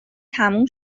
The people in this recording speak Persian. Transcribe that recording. تموم